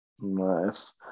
Nice